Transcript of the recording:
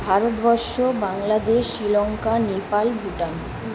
Bharatvarsha Bangladesh Sri Lanka Nepal Bhutan